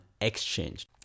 Exchange